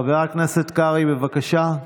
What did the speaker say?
חבר הכנסת קרעי, בבקשה.